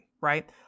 right